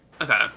okay